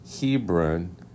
Hebron